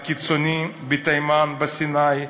הקיצוני בתימן, בסיני,